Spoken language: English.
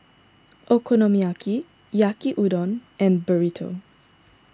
Okonomiyaki Yaki Udon and Burrito